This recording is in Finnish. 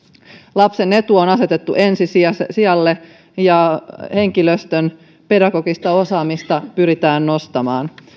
lapsen etu on asetettu ensi sijalle ja henkilöstön pedagogista osaamista pyritään nostamaan